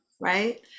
right